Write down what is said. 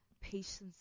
patience